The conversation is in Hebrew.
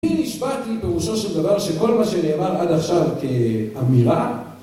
אני נשבעתי פירושו של דבר שכל מה שנאמר עד עכשיו כאמירה